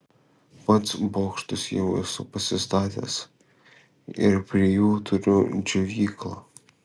pats bokštus jau esu pasistatęs ir prie jų turiu džiovyklą